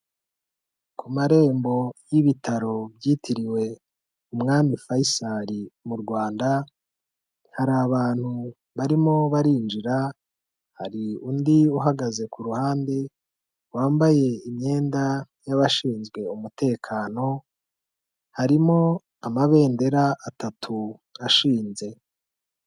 Ku marembo y'ibitaro byitiriwe umwami Faisal mu Rwanda hari abantu barimo barinjira, hari undi uhagaze ku ruhande wambaye imyenda y'abashinzwe umutekano, harimo amabendera atatu ashinze.